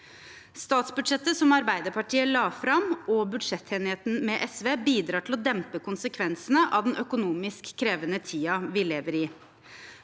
Statsbudsjettet som Arbeiderpartiet la fram, og budsjettenigheten med SV bidrar til å dempe konsekvensene av den økonomisk krevende tiden vi lever i.